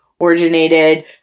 originated